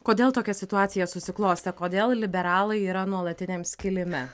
kodėl tokia situacija susiklostė kodėl liberalai yra nuolatiniam skilime